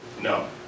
No